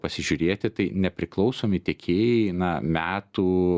pasižiūrėti tai nepriklausomi tiekėjai na metų